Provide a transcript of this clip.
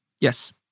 Yes